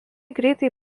greitai